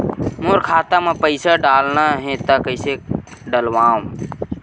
मोर खाता म पईसा डालना हे त कइसे डालव?